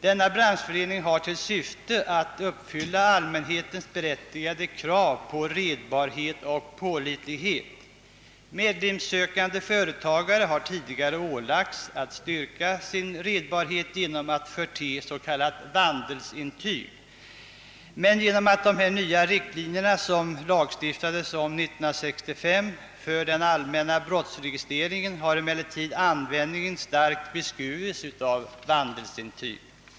Denna branschförening har till syfte att tillgodose allmänhetens berättigade krav på redbarhet och pålitlighet. Medlemssökande företagare har direkt ålagts att styrka sin redbarhet genom att förete s.k. vandelsintyg. Genom de nya riktlinjerna för den allmänna brottsregistreringen, som tillkom år 1965 i samband med genomförandet av en ny lagstiftning på detta område, har emellertid användningen av vandelsintyg starkt beskurits.